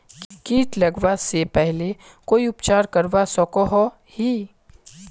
किट लगवा से पहले कोई उपचार करवा सकोहो ही?